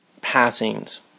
passings